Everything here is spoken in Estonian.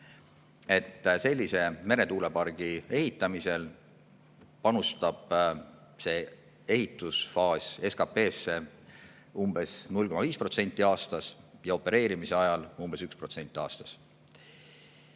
sellise meretuulepargi ehitamisel panustab see ehitusfaas SKT-sse umbes 0,5% aastas ja opereerimise ajal umbes 1% aastas.